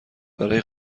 برای